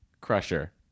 Crusher